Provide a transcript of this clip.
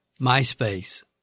MySpace